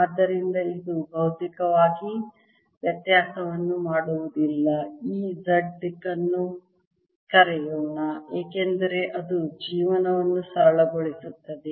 ಆದ್ದರಿಂದ ಇದು ಬೌದ್ಧಿಕವಾಗಿ ವ್ಯತ್ಯಾಸವನ್ನು ಮಾಡುವುದಿಲ್ಲ ಈ z ದಿಕ್ಕನ್ನು ಕರೆಯೋಣ ಏಕೆಂದರೆ ಅದು ಜೀವನವನ್ನು ಸರಳಗೊಳಿಸುತ್ತದೆ